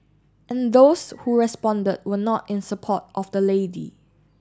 and those who responded were not in support of the lady